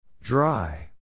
Dry